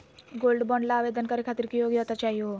Gold bond ल आवेदन करे खातीर की योग्यता चाहियो हो?